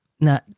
Now